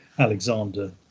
Alexander